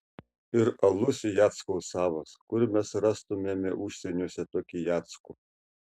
ir alus jackaus savas kur mes rastumėme užsieniuose tokį jackų